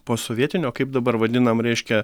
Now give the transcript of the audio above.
posovietinio kaip dabar vadinam reiškia